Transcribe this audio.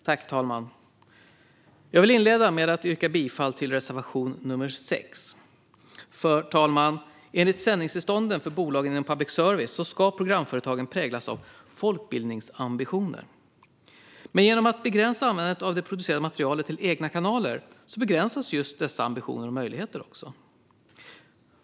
Fru talman! Jag vill inleda med att yrka bifall till reservation nr 6. Fru talman! Enligt sändningstillstånden för bolagen inom public service ska programföretagen präglas av folkbildningsambitioner. Genom att begränsa användandet av det producerade materialet till egna kanaler begränsas just dessa ambitioner och möjligheter.